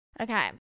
Okay